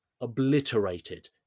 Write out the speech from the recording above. obliterated